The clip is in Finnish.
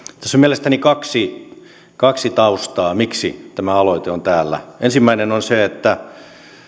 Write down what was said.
tässä on mielestäni kaksi kaksi taustaa miksi tämä aloite on täällä ensimmäinen on se että